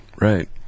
right